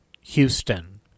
Houston